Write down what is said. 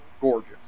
Gorgeous